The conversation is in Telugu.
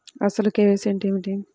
అసలు కే.వై.సి అంటే ఏమిటి?